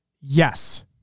Yes